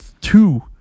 two